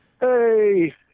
Hey